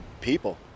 people